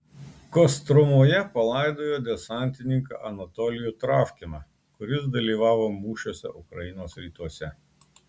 kostromoje palaidojo desantininką anatolijų travkiną kuris dalyvavo mūšiuose ukrainos rytuose